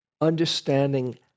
understanding